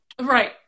Right